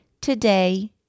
today